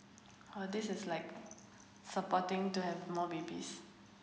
oh this is like supporting to have more babies